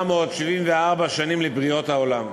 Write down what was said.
5,774 שנים לבריאת העולם.